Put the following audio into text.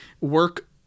work